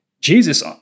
Jesus